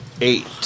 Eight